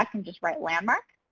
and just write landmark.